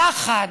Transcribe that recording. יחד